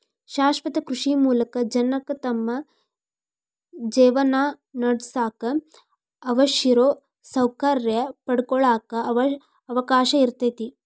ಶಾಶ್ವತ ಕೃಷಿ ಮೂಲಕ ಜನಕ್ಕ ತಮ್ಮ ಜೇವನಾನಡ್ಸಾಕ ಅವಶ್ಯಿರೋ ಸೌಕರ್ಯ ಪಡ್ಕೊಳಾಕ ಅವಕಾಶ ಇರ್ತೇತಿ